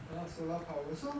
!huh! solar power so